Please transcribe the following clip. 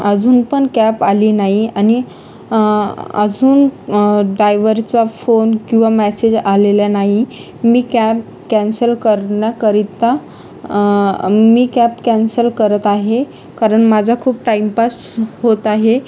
अजून पण कॅप आली नाही आणि अजून दायवरचा फोन किंवा मेसेज आलेला नाही मी कॅब कॅन्सल करण्याकरिता मी कॅब कॅन्सल करत आहे कारण माझा खूप टाईमपास होत आहे